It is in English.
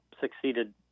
succeeded